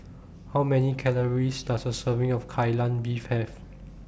How Many Calories Does A Serving of Kai Lan Beef Have